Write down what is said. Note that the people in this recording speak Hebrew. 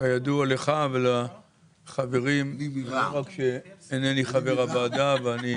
כידוע לך ולחברים, לא רק שאינני חבר הוועדה ואני